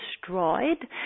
destroyed